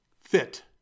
Fit